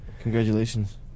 Congratulations